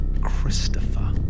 Christopher